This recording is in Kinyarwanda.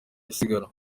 isiganwa